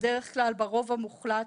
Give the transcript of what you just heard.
בדרך כלל, ברוב המוחלט,